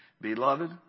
Beloved